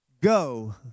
go